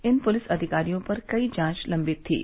इन police अधिकारियों पर कई जांच लम्बित थीं